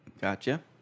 Gotcha